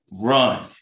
run